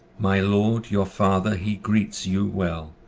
my lord, your father he greets you well,